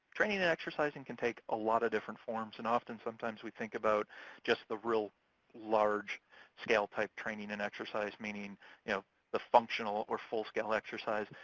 training and exercising can take a lot of different forms, and often sometimes we think about just the real large scale type training and exercise, meaning you know the functional or full scale exercise,